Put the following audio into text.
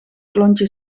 klontje